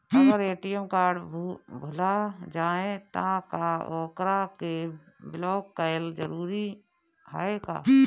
अगर ATM card भूला जाए त का ओकरा के बलौक कैल जरूरी है का?